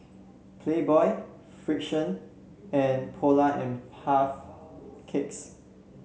Playboy Frixion and Polar and Puff Cakes